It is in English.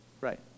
Right